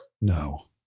No